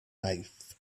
life